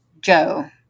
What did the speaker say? Joe